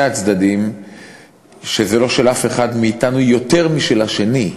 הצדדים שזה לא של אף אחד מאתנו יותר משל השני.